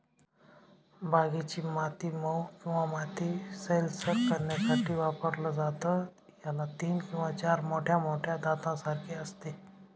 बागेची माती मऊ किंवा माती सैलसर करण्यासाठी वापरलं जातं, याला तीन किंवा चार मोठ्या मोठ्या दातांसारखे असते